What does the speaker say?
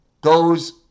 goes